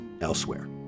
elsewhere